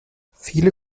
viele